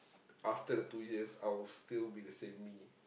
after the two years I'll still be the same me